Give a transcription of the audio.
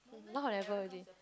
not ever already